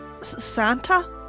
Santa